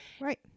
right